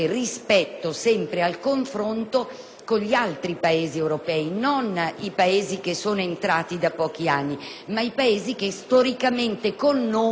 agli altri Paesi europei, non i Paesi che sono entrati da pochi anni, ma quelli che storicamente, con noi, hanno costituito l'Europa.